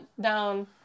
down